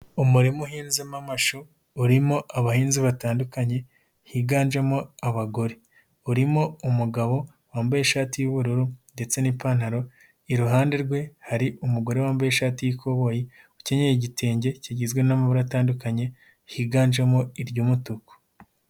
Umurima uhinzemo amasho urimo abahinzi batandukanye higanjemo abagore, urimo umugabo wambaye ishati y'ubururu ndetse n'ipantaro, iruhande rwe hari umugore wambaye ishati y'ikoboyi ukenyeye igitenge kigizwe n'amabara atandukanye higanjemo iry'umutuku.